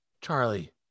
Charlie